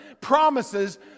promises